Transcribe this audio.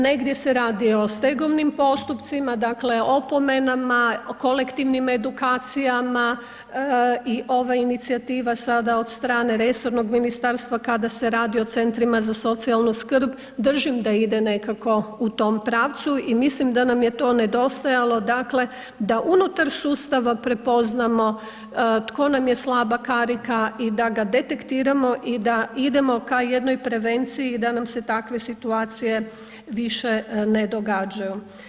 Negdje se radi o stegovnim postupcima, dakle opomenama, kolektivnim edukacijama i ova inicijativa sada od strane resornog ministarstva kada se radi o CZSS-ima, držim da ide nekako u tom pravcu i mislim da nam je to nedostajalo, dakle da unutar sustava prepoznamo to nam je slaba karika i da ga detektiramo i da idemo ka jednoj prevenciji da nam se takve situacije više ne događaju.